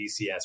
DCS